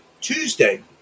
Tuesday